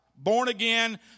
born-again